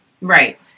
Right